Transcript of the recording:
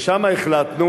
שם החלטנו